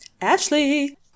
Ashley